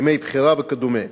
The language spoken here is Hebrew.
ימי בחירה וכדומה.